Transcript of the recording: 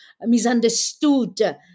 misunderstood